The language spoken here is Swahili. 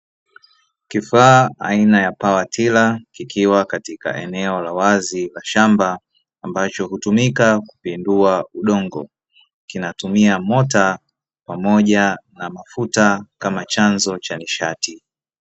Kifaa aina ya pawatila kikiwa katika eneo la wazi la shamba, ambacho hutumika kupindua udongo kinatumia mota pamoja na mafuta kama chanzo cha nishati.